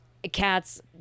cats